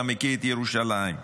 אתה מכיר את ירושלים,